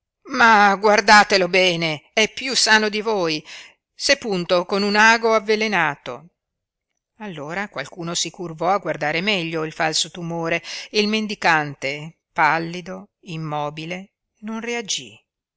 ma guardatelo bene è piú sano di voi s'è punto con un ago avvelenato allora qualcuno si curvò a guardare meglio il falso tumore e il mendicante pallido immobile non reagí